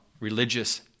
religious